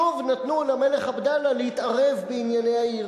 שוב נתנו למלך עבדאללה להתערב בענייני העיר.